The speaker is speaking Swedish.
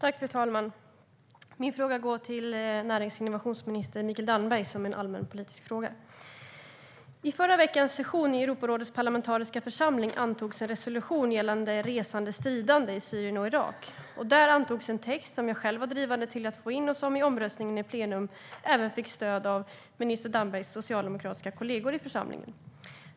Fru talman! Min fråga riktar sig till närings och innovationsminister Mikael Damberg som en allmänpolitisk fråga. I förra veckans session i Europarådets parlamentariska församling antogs en resolution gällande resande stridande i Syrien och Irak. Där antogs en text som jag själv var drivande för att få in och som vid omröstningen i plenum även fick stöd av minister Dambergs socialdemokratiska kollegor i församlingen.